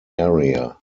area